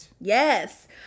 Yes